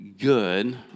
good